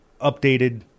updated